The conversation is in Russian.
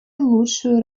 лучшую